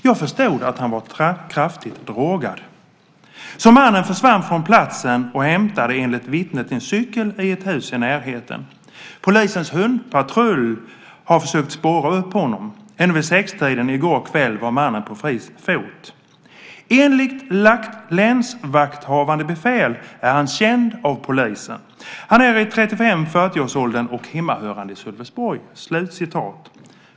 Jag förstod att han var kraftigt drogad. Så mannen försvann från platsen och hämtade, enligt vittnen, en cykel i ett hus i närheten. Polisens hundpatrull har försökt spåra upp honom. Ännu vid sextiden i går kväll var mannen på fri fot. Enligt länsvakthavande befäl är han känd av polisen. Han är i 35-40-årsåldern och hemmahörande i Sölvesborg." Fru talman!